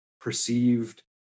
perceived